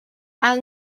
安葬